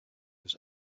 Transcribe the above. was